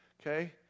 Okay